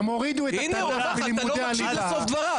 אתה לא מקשיב לסוף דבריו.